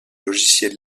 logiciels